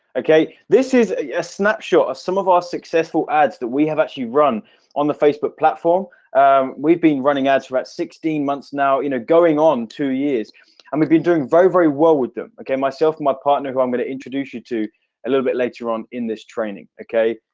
okay. this is a ah snapshot of some of our successful. ads that we have actually run on the facebook platform we've been running ads about sixteen months now in a going on two years and we've been doing very very well with them okay myself my partner who i'm going to introduce you to a little bit later on in this training, okay?